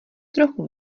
trochu